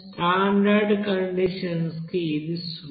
standard conditions కి ఇది సున్నా